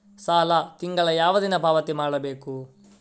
ಸಾಲ ತಿಂಗಳ ಯಾವ ದಿನ ಪಾವತಿ ಮಾಡಬೇಕು?